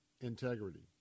integrity